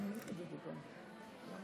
עשר דקות.